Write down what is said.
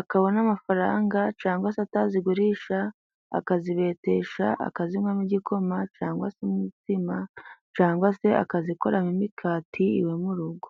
akabona amafaranga cangwa se atazigurisha akazibetesha akazinywamo igikoma cangwa se imitsima cangwa se akazikoramo imikati iwe mu rugo.